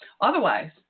Otherwise